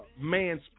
man's